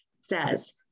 says